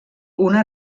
una